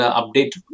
update